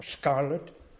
scarlet